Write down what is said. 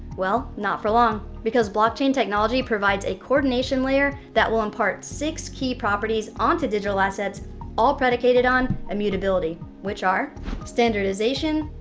well, not for long, because blockchain technology provides a coordination layer that will impart six key properties onto digital assets all predicated on immutability which are standardization,